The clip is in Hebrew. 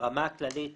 ברמה הכללית